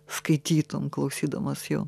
skaitytum klausydamas jų